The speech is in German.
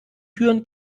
türen